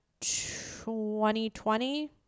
2020